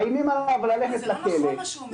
מאיימים עליו ללכת לכלא --- אבל זה לא נכון מה שהוא אומר.